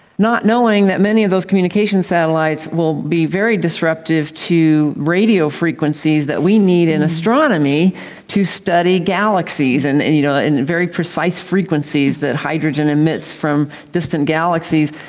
not knowing that many of those communication satellites will be very disruptive to radio frequencies that we need in astronomy to study galaxies, and and you know very precise frequencies that hydrogen emits from distant galaxies,